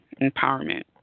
Empowerment